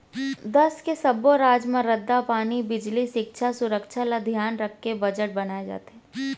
देस के सब्बो राज म रद्दा, पानी, बिजली, सिक्छा, सुरक्छा ल धियान राखके बजट बनाए जाथे